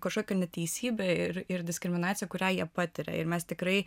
kažkokią neteisybę ir ir diskriminaciją kurią jie patiria ir mes tikrai